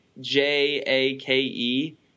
J-A-K-E